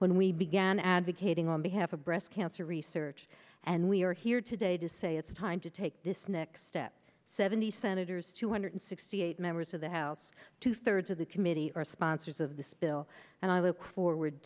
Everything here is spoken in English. when we began advocating on behalf of breast cancer research and we are here today to say it's time to take this next step seventy senators two hundred sixty eight members of the house two thirds of the committee are sponsors of this bill and i look forward